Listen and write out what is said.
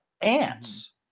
Ants